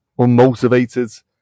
unmotivated